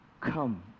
Come